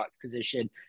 position